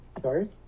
Sorry